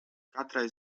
katrai